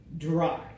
dry